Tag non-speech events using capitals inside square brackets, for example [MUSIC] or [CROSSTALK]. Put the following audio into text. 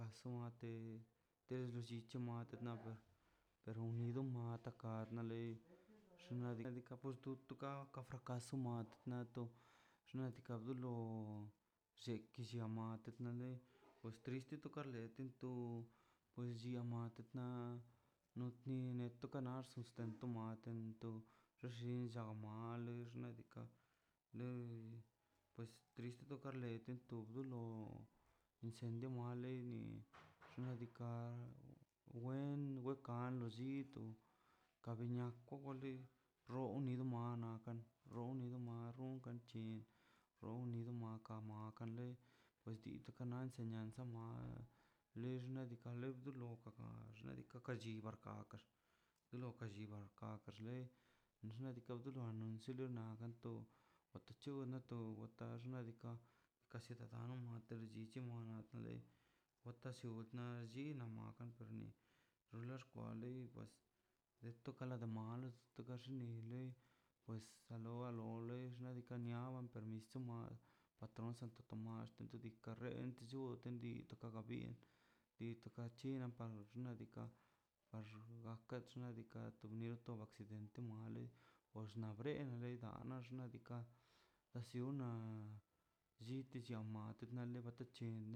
Tastofa kelo llichi lo ma [HESITATION] pero unico ma takar le [HESITATION] xnaꞌ diika' to pus kap muad nato xnaꞌ diikaꞌ dolo lleklle made pues triste kale dente to pues lliamate na ne tu to kanaxt sustento [HESITATION] mate llinlla matmale xnaꞌ diikaꞌ le pues trsite to ka lente tub dolo inciendo male ni [NOISE] xnaꞌ diikaꞌ wen wekan lo llito kabian kwabule rooni mana kan rooni marron kan chin ornin kadu makan makan le pues diko kalen señal sama lill xnaꞌ diikaꞌ lo do lo xnaꞌ diikaꞌ chiba ka do lo chiba ka xlei xnaꞌ diikaꞌ dulo anuncio naganto wato chuu nato xnaꞌ diikaꞌ kasi na no ti li chichio male wata llu ni na lli wa maknan xin xnaꞌ xkwan li waz tokala de mali toka xinnle pues a lone xnaꞌ diikaꞌ niaba permis soma patrón santo tomás diika rren nllu detendi ikan chi xnaꞌ diikaꞌ nagaka xnaꞌ diikaꞌ kato mieti accidente mali na brea nase da na xnaꞌ diikaꞌ nasi ona lli ti lliama